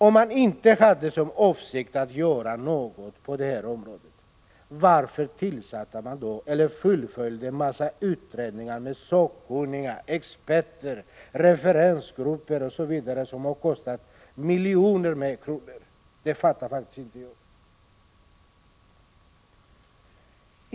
Om man inte har för avsikt att göra någonting på detta område, varför fullföljde man då en massa utredningar med anlitande av sakkunniga, experter, referensgrupper osv., som har kostat miljoner kronor? Jag fattar faktiskt inte detta.